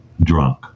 drunk